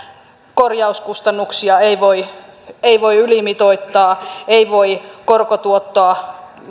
korjauskustannuksia ei voi ei voi ylimitoittaa ei voi korkotuotolla